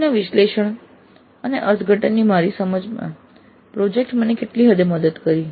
માહિતીના વિશ્લેષણ અને અર્થઘટનની મારી સમજણમાં પ્રોજેક્ટ કાર્યએ મને કેટલી હદે મદદ કરી